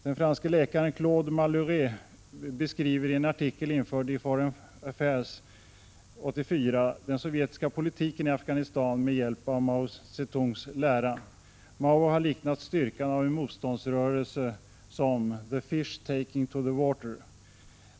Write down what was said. Den franske läkaren Claude Malhuret beskrev i en artikel införd i Foreign Affairs, vinterutgåvan 1984, den sovjetiska politiken i Afghanistan med hjälp av Mao Zedongs lära. Mao har liknat styrkan av en motståndsrörelse vid ”the fish taking to the water”.